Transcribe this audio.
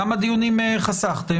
כמה דיונים חסכתם?